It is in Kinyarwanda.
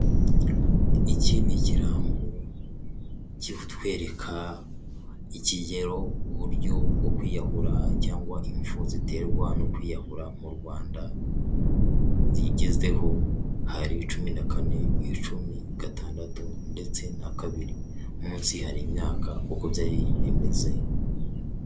Iki ni ikirango kiri kutwereka ikigero, uburyo bwo kwiyahura cyangwa impfu ziterwa no kwiyahura mu Rwanda zigezweho, hari cumi na kane, icumi, gatandatu ndetse na kabiri, munsi hari imyaka uko nyari bimeze.